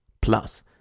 Plus